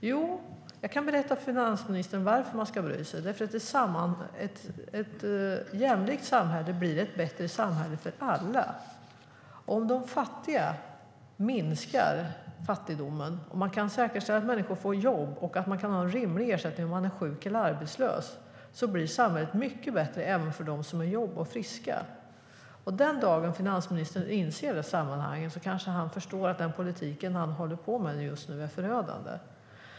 Jag kan berätta för finansministern varför man ska bry sig: Ett jämlikt samhälle blir ett bättre samhälle för alla. Om de fattiga minskar fattigdomen, om vi kan säkerställa att människor får jobb och kan ha en rimlig ersättning när man är sjuk eller arbetslös, blir samhället mycket bättre även för dem som har jobb och är friska. Den dagen finansministern inser det sammanhanget kanske han förstår att den politik han håller på med just nu är förödande.